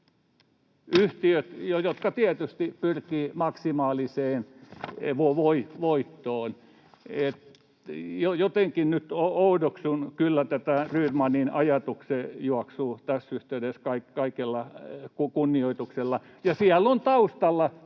yhtiöt, jotka tietysti pyrkivät maksimaaliseen voittoon. Jotenkin nyt oudoksun kyllä tätä Rydmanin ajatuksenjuoksua tässä yhteydessä, kaikella kunnioituksella. Siellä on taustalla